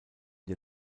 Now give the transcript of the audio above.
der